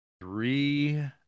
Three